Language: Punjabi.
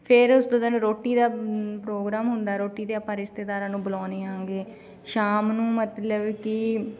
ਫਿਰ ਉਸ ਤੋਂ ਤੁਹਾਨੂੰ ਰੋਟੀ ਦਾ ਪ੍ਰੋਗਰਾਮ ਹੁੰਦਾ ਰੋਟੀ 'ਤੇ ਆਪਾਂ ਰਿਸ਼ਤੇਦਾਰਾਂ ਨੂੰ ਬੁਲਾਉਂਦੇ ਹੈਗੇ ਸ਼ਾਮ ਨੂੰ ਮਤਲਬ ਕਿ